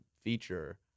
feature